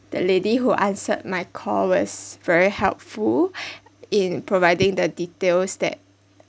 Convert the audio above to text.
the lady who answered my call was very helpful in providing the details that